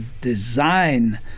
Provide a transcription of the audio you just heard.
design